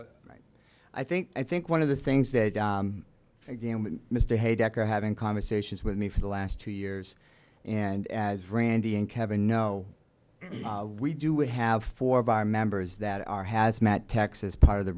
a right i think i think one of the things that began when mr hay decker having conversations with me for the last two years and as randy and kevin know we do we have four of our members that are hazmat texas part of the